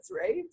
right